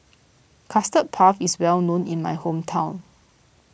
Custard Puff is well known in my hometown